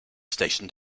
stationed